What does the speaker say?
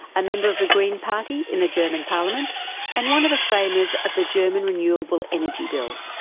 a member of the green party in the german parliament and one of the framers of the german renewable energy bill.